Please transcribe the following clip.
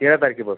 तेरा तारखेपासून